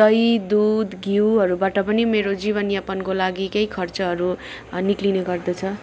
दही दुध घिउहरूबाट पनि मेरो जीवनयापनको लागिकै खर्चहरू निस्कने गर्दछ